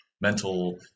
mental